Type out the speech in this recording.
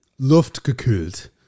Luftgekühlt